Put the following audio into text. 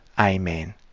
Amen